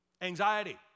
Anxiety